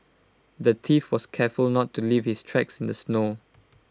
the thief was careful to not leave his tracks in the snow